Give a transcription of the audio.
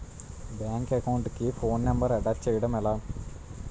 Bank account కి phone number attach చేయడం ఎలా?